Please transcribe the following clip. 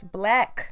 black